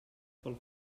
pel